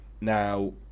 now